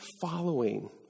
following